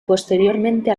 posteriormente